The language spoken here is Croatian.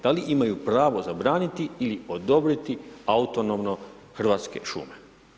Da li imaju pravo zabraniti ili odobriti autonomno Hrvatske šume?